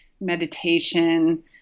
meditation